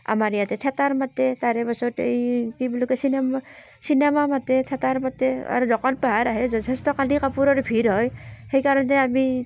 আমাৰ ইয়াতে থিয়েটাৰ মাতে তাৰ পাছত এই কি বুলি কয় চিনেমা চিনেমা মাতে থিয়েটাৰ পাতে আৰু দোকান পোহাৰ আহে যথেষ্ট কানি কাপোৰৰ ভীৰ হয় সেইকাৰণে আমি